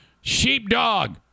sheepdog